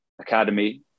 academy